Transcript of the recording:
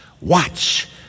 watch